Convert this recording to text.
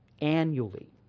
annually